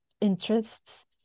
interests